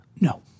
No